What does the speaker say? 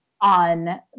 on